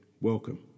Welcome